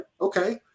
okay